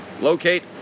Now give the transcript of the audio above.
locate